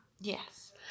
Yes